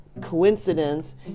coincidence